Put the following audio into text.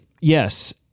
Yes